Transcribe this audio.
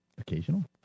Occasional